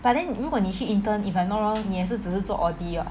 but then 如果你去 intern if I'm not wrong 你也是只是做 audit [what]